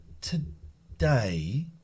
today